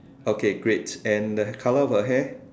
okay great and the colour of her hair